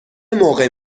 موقع